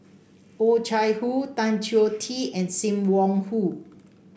Oh Chai Hoo Tan Choh Tee and Sim Wong Hoo